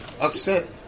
upset